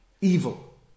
Evil